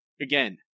again